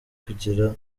kwigira